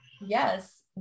Yes